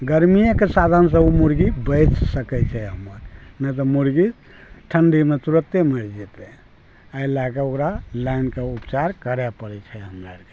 गरमियेके साधन सऽ ओ मुर्गी बचि सकै छै हमर नहि तऽ मुर्गी ठण्डीमे तुरते मरि जेतै एहि लए कऽ ओकरा लाइन कऽ उपचार करै पड़ै छै हमरा अर के